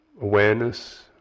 awareness